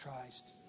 Christ